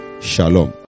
Shalom